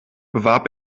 bewarb